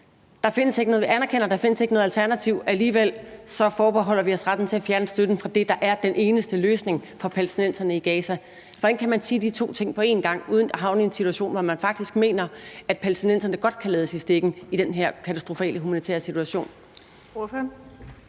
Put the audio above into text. stå at sige, at vi anerkender, at der ikke findes noget alternativ, men alligevel forbeholder vi os retten til at fjerne støtten fra det, der er den eneste løsning for palæstinenserne i Gaza? Hvordan kan man sige de to ting på én gang uden at havne i en situation, hvor man faktisk mener, at palæstinenserne godt kan lades i stikken i den her katastrofale humanitære situation?